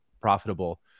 profitable